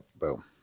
Boom